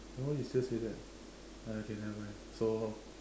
then why you still say that okay nevermind so